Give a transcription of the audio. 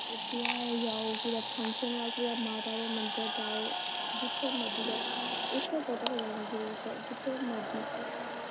ब्याहें जाओ कुदै फंक्शन होऐ कुतै माता दे मन्दर जाओ जित्थें मर्जी जाओ उत्थें फोटो खचाने जरूर ते जित्थें मर्जी